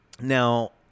Now